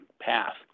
path